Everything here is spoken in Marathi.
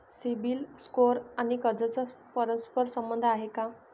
सिबिल स्कोअर आणि कर्जाचा परस्पर संबंध आहे का?